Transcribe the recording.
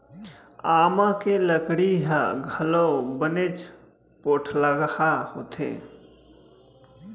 आमा के लकड़ी ह घलौ बनेच पोठलगहा होथे